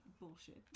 bullshit